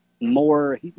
more